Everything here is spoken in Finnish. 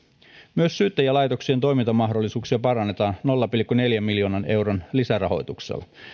myös syyttäjälaitoksien toimintamahdollisuuksia parannetaan nolla pilkku neljän miljoonan euron lisärahoituksella